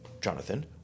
Jonathan